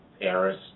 Paris